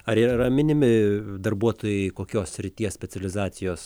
ar yra minimi darbuotojai kokios srities specializacijos